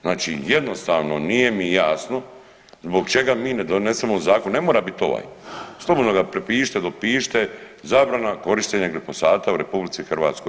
Znači jednostavno nije mi jasno zbog čega mi ne donesemo zakon, ne mora bit ovaj, slobodno ga prepišite dopišite zabrana korištenja glifosata u RH.